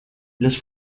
los